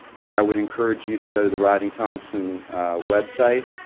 but i would encourage you to go to the rodney thompson website.